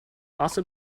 also